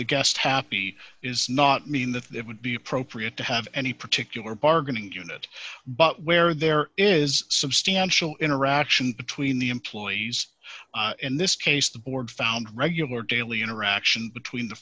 the guest happy is not mean that it would be appropriate to have any particular bargaining unit but where there is substantial interaction between the employees in this case the board found regular daily interaction between the